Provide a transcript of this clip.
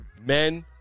Men